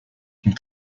une